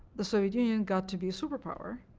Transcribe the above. the soviet union got to be a superpower